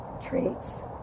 traits